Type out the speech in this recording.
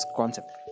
concept